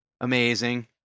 amazing